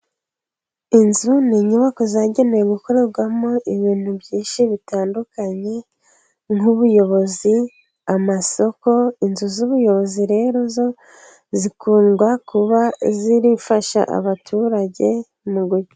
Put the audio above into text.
Inzu ni inyubako zagenewe gukorerwamo ibintu byinshi bitandukanye, nk'ubuyobozi, amasoko. Inzu z'ubuyobozi rero zo zikunda kuba zifasha abaturage mu........